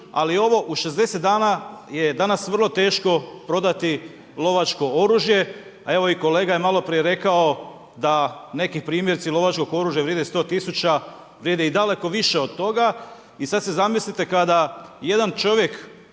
Ali ovo u 60 dana je danas vrlo teško prodati lovačko oružje. A evo i kolega je malo prije rekao da neki primjerci lovačkog oružja vrijede 100 tisuća. Vrijede i daleko više od toga. I sada si zamislite kada jedan čovjek